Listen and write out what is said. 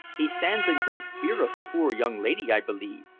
he stands in great fear of the poor young lady, i believe,